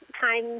time